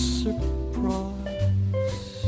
surprise